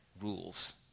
rules